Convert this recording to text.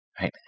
Right